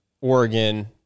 Oregon